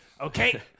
Okay